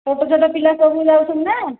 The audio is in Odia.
ଛୋଟ ଛୋଟ ପିଲା ସବୁ ଯାଉଛନ୍ତି ନା